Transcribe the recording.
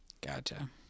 Gotcha